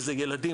וזה ילדים,